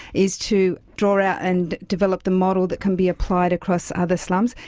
is to draw out and develop the model that can be applied across other slums.